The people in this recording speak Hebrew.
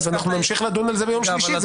נמשיך לדון על זה ביום שלישי.